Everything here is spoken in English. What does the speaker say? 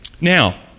Now